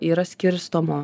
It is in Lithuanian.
yra skirstoma